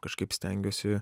kažkaip stengiuosi